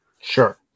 Sure